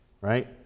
right